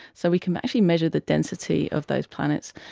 so we can actually measure the density of those planets.